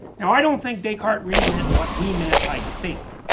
now i don't think descartes really meant what we meant by think.